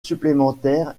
supplémentaire